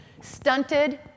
stunted